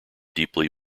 deeply